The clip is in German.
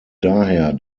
daher